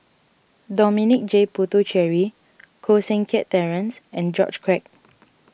Dominic J Puthucheary Koh Seng Kiat Terence and George Quek